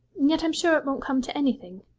and yet i'm sure it won't come to anything.